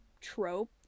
trope